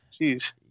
jeez